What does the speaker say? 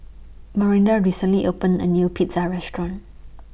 Myranda recently opened A New Pizza Restaurant